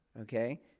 Okay